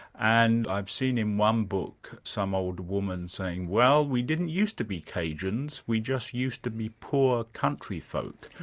and i've seen in one book some old woman saying, well, we didn't used to be cajuns, we just used to be poor country folk',